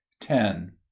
ten